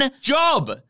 job